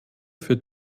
für